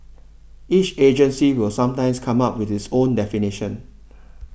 each agency will sometimes come up with its own definition